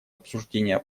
обсуждения